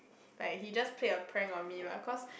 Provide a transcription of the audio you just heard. like he just played a prank on me lah cause